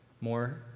more